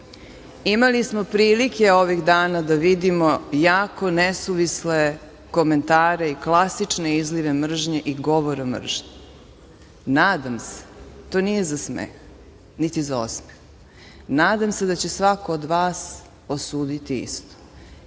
Imali smo prilike ovih dana da vidimo jako nesuvisle komentare i klasične izlive mržnje i govore mržnje. To nije za smeh niti za osmeh. Nadam se da će svako od vas osuditi isto.